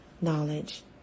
knowledge